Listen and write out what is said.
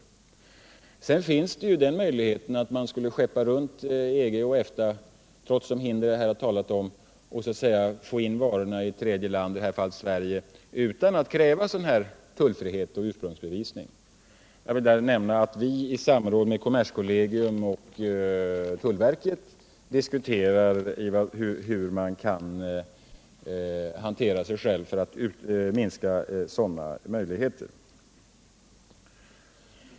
Dessutom finns möjligheten att skeppa produkter runt EG och EFTA trots de hinder som jag här talat om och få in varorna i tredje land, i detta fall Sverige, utan att det krävs tullfrihet och ursprungsbevisning. Jag vill nämna att vi i samråd med kommerskollegium och tullverket diskuterar hur man kan gå till väga för att minska sådana möjligheter.